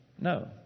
No